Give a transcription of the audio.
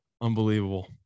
Unbelievable